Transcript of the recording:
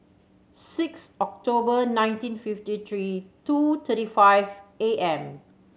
six October nineteen fifty three two thirty five A M